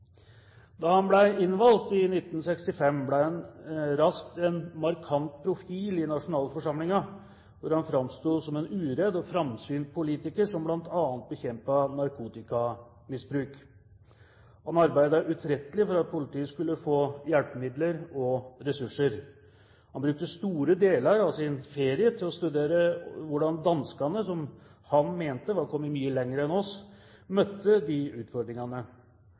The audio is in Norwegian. Da han ble innvalgt i 1965, ble han raskt en markant profil i nasjonalforsamlingen, hvor han framsto som en uredd og framsynt politiker som bl.a. bekjempet narkotikamisbruk. Han arbeidet utrettelig for at politiet skulle få hjelpemidler og ressurser. Han brukte store deler av sin ferie til å studere hvordan danskene, som han mente var kommet mye lenger enn oss, møtte disse utfordringene.